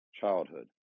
childhood